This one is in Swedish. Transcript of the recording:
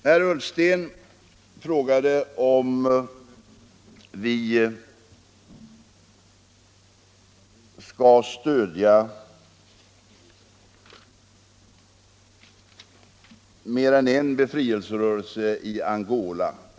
Herr Ullsten frågar om vi skall stödja mer än en befrielserörelse i Angola.